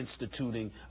instituting